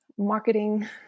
marketing